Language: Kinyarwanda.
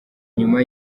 nyuma